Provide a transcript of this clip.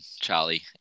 Charlie